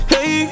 Hey